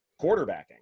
quarterbacking